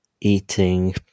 eating